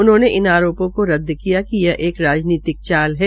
उन्होंने आरोपो को रद्द किया यह एक राजनीतिक चाल है